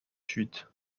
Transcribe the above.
suite